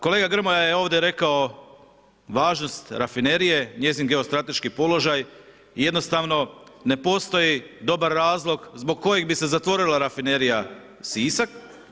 Kolega Grmoja je ovdje rekao važnost rafinerije, njezin geostrateški položaj, jednostavno ne postoji dobar razlog zbog kojih bi se zatvorila rafinerija Sisak.